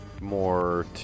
more